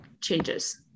changes